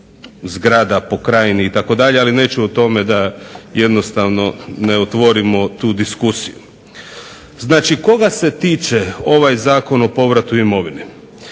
Znači koga se tiče ovaj Zakon o povratu imovine?